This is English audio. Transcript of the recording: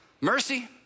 mercy